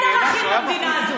אין ערכים במדינה הזו.